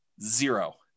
Zero